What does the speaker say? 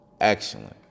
excellent